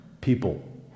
people